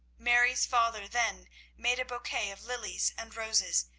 mary's father then made a bouquet of lilies and roses,